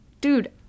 Dude